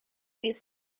its